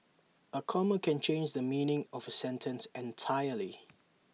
A comma can change the meaning of A sentence entirely